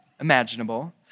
imaginable